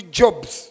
jobs